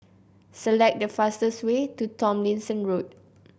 select the fastest way to Tomlinson Road